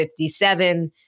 57